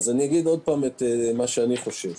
אני אגיד שוב מה שאני חושב.